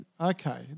okay